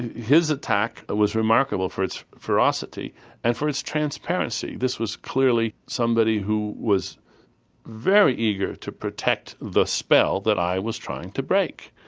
his attack ah was remarkable for its ferocity and for its transparency. this was clearly somebody who was very eager to protect the spell that i was trying to break.